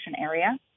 area